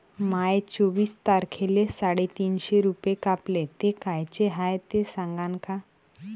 माये चोवीस तारखेले साडेतीनशे रूपे कापले, ते कायचे हाय ते सांगान का?